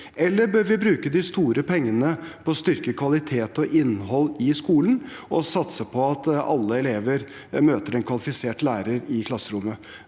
eller bør vi bruke de store pengene på å styrke kvaliteten og innholdet i skolen og satse på at alle elever møter en kvalifisert lærer i klasserommet?